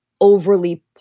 overly